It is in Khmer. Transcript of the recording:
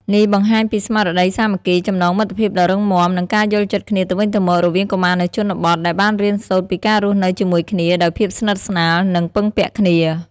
នេះបង្ហាញពីស្មារតីសាមគ្គីភាព ចំណងមិត្តភាពដ៏រឹងមាំ និងការយល់ចិត្តគ្នាទៅវិញទៅមក រវាងកុមារនៅជនបទ ដែលបានរៀនសូត្រពីការរស់នៅជាមួយគ្នាដោយភាពស្និទ្ធស្នាល និងពឹងពាក់គ្នា។